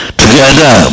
together